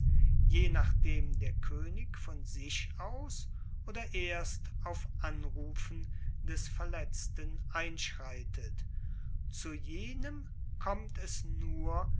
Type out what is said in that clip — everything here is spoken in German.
je nachdem der koenig von sich aus oder erst auf anrufen des verletzten einschreitet zu jenem kommt es nur